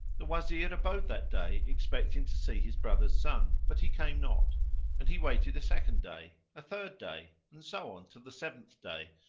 the wazir abode that day expecting to see his brother's son but he came not and he waited a second day, a third day and so on to the seventh day,